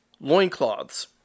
Loincloths